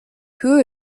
höhe